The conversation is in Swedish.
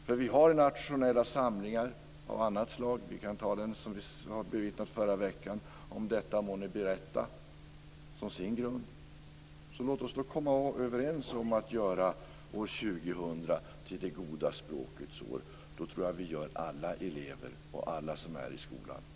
Vi har nationella samlingar av annat slag. Vi kan ta den som vi har bevittnat förra veckan. som hade ".. om detta må ni berätta ." som sin grund. Låt oss komma överens om att göra år 2000 till det goda språkets år. Då tror jag att vi gör alla elever och alla som är i skolan en tjänst.